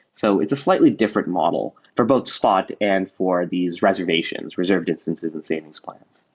so it's a slightly different model for both spot and for these reservations, reserved instances and savings plans.